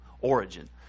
origin